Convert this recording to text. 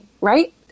right